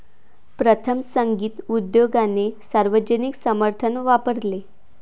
प्रथम, संगीत उद्योगाने सार्वजनिक समर्थन वापरले